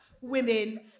women